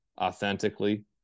authentically